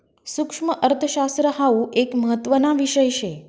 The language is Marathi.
सुक्ष्मअर्थशास्त्र हाउ एक महत्त्वाना विषय शे